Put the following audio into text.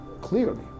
clearly